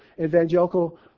evangelical